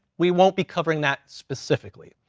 we won't be covering that specifically.